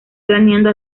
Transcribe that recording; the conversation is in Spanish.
planeando